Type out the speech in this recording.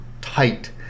tight